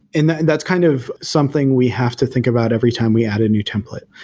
and and that's kind of something we have to think about every time we add a new template.